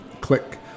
click